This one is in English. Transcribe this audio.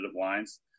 lines